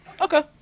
Okay